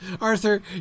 Arthur